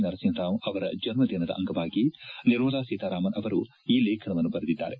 ನರಸಿಂಹರಾವ್ ಅವರ ಜನ್ನದಿನದ ಅಂಗವಾಗಿ ನಿರ್ಮಲಾ ಸೀತಾರಾಮನ್ ಅವರು ಈ ಲೇಖನವನ್ನು ಬರೆದಿದ್ದಾರೆ